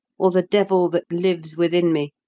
or the devil that lives within me.